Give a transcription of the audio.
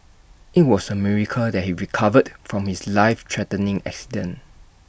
IT was A miracle that he recovered from his life threatening accident